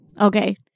Okay